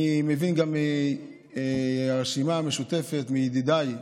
אני מבין גם מהרשימה המשותפת, מידידיי אחמד,